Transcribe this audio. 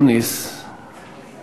תודה רבה.